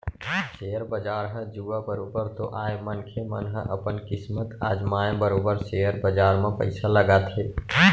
share बजार ह जुआ बरोबर तो आय मनखे मन ह अपन किस्मत अजमाय बरोबर सेयर बजार म पइसा लगाथे